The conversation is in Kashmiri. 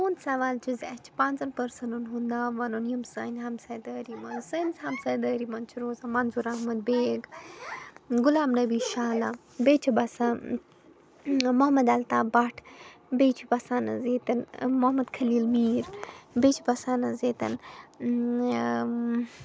تُہُنٛد سوال چھِ زِ اَسہِ چھِ پانٛژَن پٔرسَنَس ہُنٛد ناو وَنُن یِم سانہِ ہَمساے دٲری منٛز سٲنِس ہَمساے دٲری منٛز چھِ روزان منظور احمد بیگ غلام نبی شالا بیٚیہِ چھِ بَسان محمد الطاف بَٹ بیٚیہِ چھُ بَسان حظ ییٚتٮ۪ن محمد خلیٖل میٖر بیٚیہِ چھِ بَسان حظ ییٚتٮ۪ن